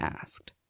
asked